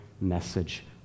message